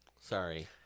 sorry